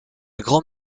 grand